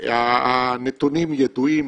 הנתונים ידועים,